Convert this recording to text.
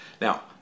Now